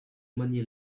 money